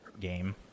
game